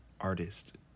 artist